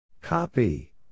Copy